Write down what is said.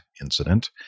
incident